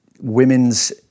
women's